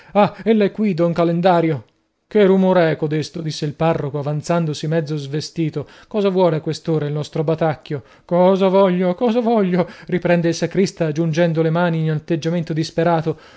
è qui don calendario che rumore è codesto disse il parroco avanzandosi mezzo svestito cosa vuole a quest'ora il nostro batacchio cosa voglio cosa voglio riprende il sacrista giungendo le mani in atteggiamento disperato